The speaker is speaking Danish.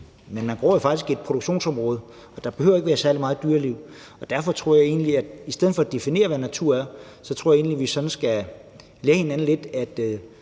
Men man går jo faktisk i et produktionsområde, og der behøver der ikke at være særlig meget dyreliv. Derfor tror jeg, at vi i stedet for at definere, hvad natur er, skal tage lidt ved lære af hinanden, for